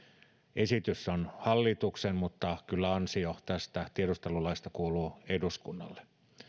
esitys on hallituksen mutta kyllä ansio tästä tiedustelulaista kuuluu eduskunnalle